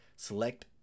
Select